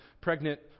pregnant